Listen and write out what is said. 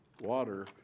water